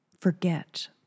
Forget